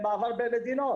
למעבר בין מדינות.